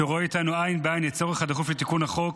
שרואה איתנו עין בעין את הצורך הדחוף בתיקון החוק,